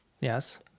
yes